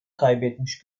kaybetmiş